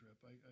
trip